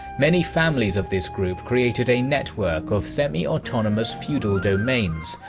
many families of this group created a network of semi-autonomous feudal domains,